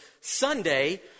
Sunday